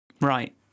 Right